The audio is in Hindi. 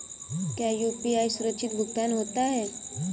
क्या यू.पी.आई सुरक्षित भुगतान होता है?